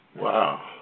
Wow